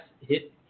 hit